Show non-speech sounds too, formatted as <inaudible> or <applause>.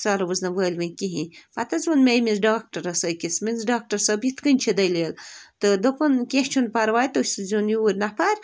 سۄ روز نہٕ وٲلۍویٚنۍ کِہی پَتہٕ حظ ووٚن مےٚ أمِس ڈاکٹَرَس أکِس <unintelligible> ڈاکٹَر صٲب یِتھ کَنۍ چھِ دٔلیٖل تہٕ دوٚپُن کیٚنٛہہ چھُنہٕ پَرواے تُہۍ سوٗزۍوُن یور نفر